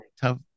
tough